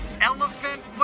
elephant